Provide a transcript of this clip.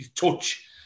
touch